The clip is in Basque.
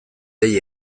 dei